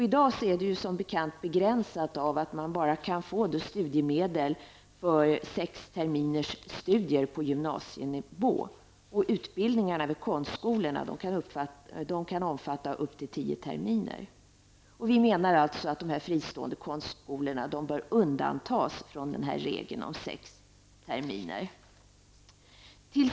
I dag begränsas den möjligheten som bekant av att man bara kan få studiemedel för sex terminers studier på gymnasienivå. Utbildningarna på konstskolorna kan omfatta upp till tio terminer. Vi menar att dessa fristående konstskolor bör undantas från regeln om sex terminer.